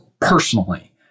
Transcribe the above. personally